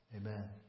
Amen